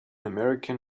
american